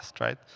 right